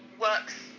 works